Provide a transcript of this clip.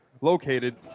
located